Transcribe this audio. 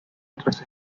otras